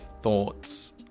thoughts